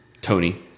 Tony